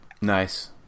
Nice